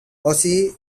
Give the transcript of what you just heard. ozzy